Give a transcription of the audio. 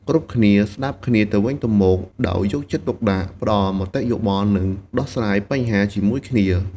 គ្រប់គ្នាស្តាប់គ្នាទៅវិញទៅមកដោយយកចិត្តទុកដាក់ ផ្តល់មតិយោបល់ និងដោះស្រាយបញ្ហាជាមួយគ្នា។